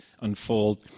unfold